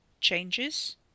changes